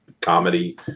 comedy